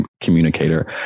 communicator